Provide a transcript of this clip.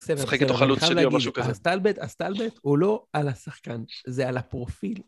סבבה, סבבה, אני רוצה להגיד, הסטלבט, הסטלבט הוא לא על השחקן, זה על הפרופיל.